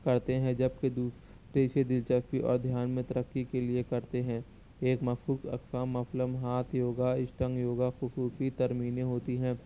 کرتے ہیں جبکہ دوسرے اس سے دلچسپی اور دھیان میں ترقی کے لیے کرتے ہیں ایک مخصوص اقسام مف لمحات یوگا اسٹنگ یوگا خصوصی ترمینیں ہوتی ہیں